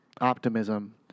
optimism